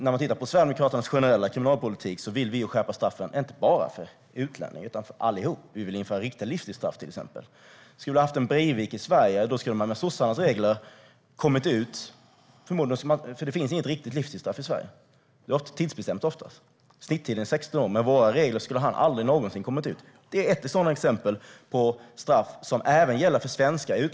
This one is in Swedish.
När man tittar på Sverigedemokraternas generella kriminalpolitik ser man att vi vill skärpa straffen inte bara för utlänningar utan för alla. Vi vill till exempel införa riktiga livstidsstraff. Om vi hade haft en Breivik i Sverige skulle den personen med sossarnas regler förmodligen ha kommit ut, eftersom det inte finns något riktigt livstidsstraff i Sverige. Det är ofta tidsbestämt, och snittiden är 16 år. Med de regler som vi föreslår skulle han aldrig någonsin ha kommit ut. Det är ett exempel på straff som gäller även för svenskar.